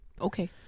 okay